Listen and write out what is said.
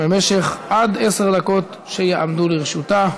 במשך עד עשר דקות שיעמדו לרשותה.